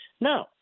No